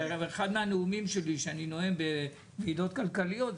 זה הרי אחד מהנאומים שלי שאני נואם בוועידות כלכליות,